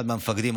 אחד המפקדים,